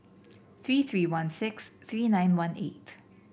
three three one six three nine one eight